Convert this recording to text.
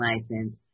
license